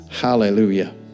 Hallelujah